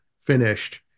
finished